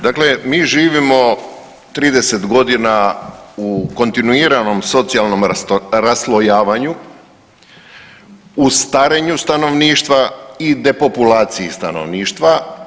Dakle mi živimo 30 godina u kontinuiranom socijalnom raslojavanju u starenju stanovništva i depopulaciji stanovništva.